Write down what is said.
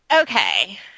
Okay